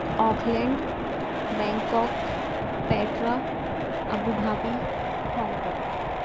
Auckland Bangkok Petra Abu Dhabi Hong Kong